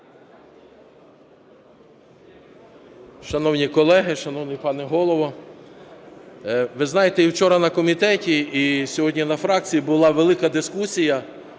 Шановні колеги, шановний пане Голово, ви знаєте, і вчора на комітеті, і сьогодні на фракції була велика дискусія.